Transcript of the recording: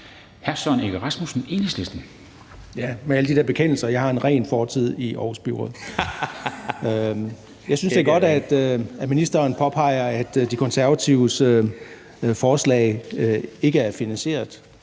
Søren Egge Rasmussen (EL): Med alle de der bekendelser, der har været, vil jeg sige: Jeg har en ren fortid i Aarhus Byråd. Jeg synes, det er godt, at ministeren påpeger, at De Konservatives forslag ikke er finansieret.